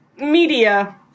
Media